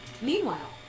Meanwhile